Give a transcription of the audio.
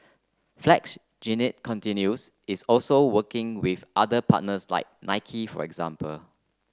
flex Jeannine continues is also working with other partners like Nike for example